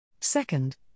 Second